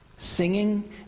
Singing